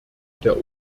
der